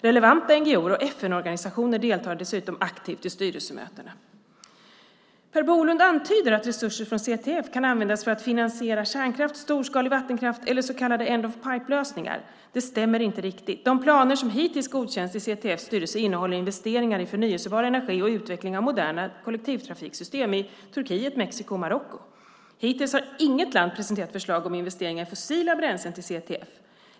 Relevanta NGO:er och FN-organisationer deltar dessutom aktivt i styrelsemötena. Per Bolund antyder att resurser från CTF kan användas för att finansiera kärnkraft, storskalig vattenkraft eller så kallade end-of-pipe - lösningar. Det stämmer inte riktigt. De planer som hittills godkänts i CTF:s styrelse innehåller investeringar i förnybar energi och utveckling av moderna kollektivtrafiksystem i Turkiet, Mexiko och Marocko. Hittills har inget land presenterat förslag om investeringar i fossila bränslen till CTF.